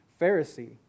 Pharisee